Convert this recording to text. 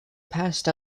passed